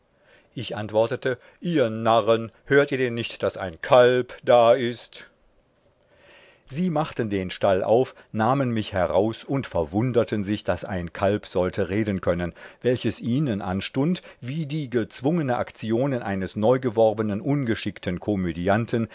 ich antwortete ihr narren hört ihr dann nicht daß ein kalb da ist sie machten den stall auf nahmen mich heraus und verwunderten sich daß ein kalb sollte reden können welches ihnen anstund wie die gezwungene aktionen eines neugeworbenen ungeschickten komödianten